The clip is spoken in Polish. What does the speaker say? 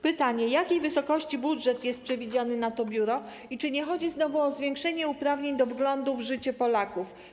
Pytanie: Jakiej wysokości budżet jest przewidziany na to biuro i czy nie chodzi znowu o zwiększenie uprawnień do wglądu w życie Polaków?